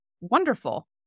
wonderful